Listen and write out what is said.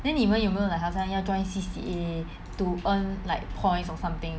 then 你们有没有好像要 join C_C_A to earn like points or something